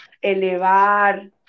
elevar